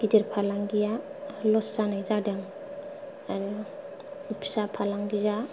गिदिर फालांगिया लस जानाय जादों आरो फिसा फालांगिया